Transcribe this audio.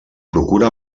procura